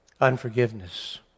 unforgiveness